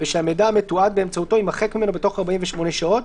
ושהמידע המתועד באמצעותו יימחק ממנו בתוך 48 שעות,